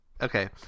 Okay